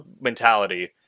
mentality